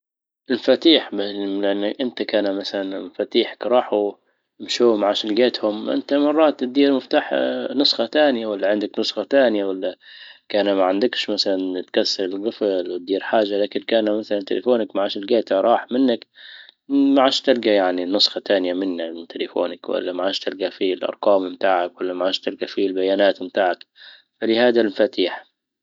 المفاتيح لان انت كان مثلا مفاتيحك راحوا امشوا مع شنقاتهم انت مرات تديهم مفتاح نسخة تانية ولا عندك نسخة تانية ولا كان ما عندكش مثلا تكسر قفل ودير حاجة. لكن كان مثلا تليفونك ما عادش لجيته راح منك، ما عادش تلقى يعني نسخة تانية من تلفونك، ولا ما عادش تلقى فيه الارقام بتاعك ولا ما عاش تلقى فيه البيانات متاعك فلهذا المفاتيح